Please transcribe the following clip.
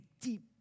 deep